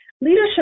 Leadership